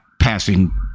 passing